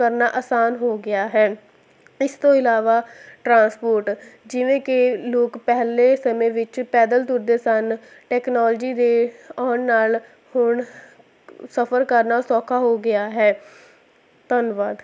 ਕਰਨਾ ਆਸਾਨ ਹੋ ਗਿਆ ਹੈ ਇਸ ਤੋਂ ਇਲਾਵਾ ਟਰਾਂਸਪੋਰਟ ਜਿਵੇਂ ਕਿ ਲੋਕ ਪਹਿਲੇ ਸਮੇਂ ਵਿੱਚ ਪੈਦਲ ਤੁਰਦੇ ਸਨ ਟੈਕਨੋਲਜੀ ਦੇ ਆਉਣ ਨਾਲ ਹੁਣ ਸਫਰ ਕਰਨਾ ਸੌਖਾ ਹੋ ਗਿਆ ਹੈ ਧੰਨਵਾਦ